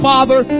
Father